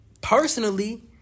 personally